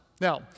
Now